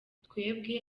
twebwe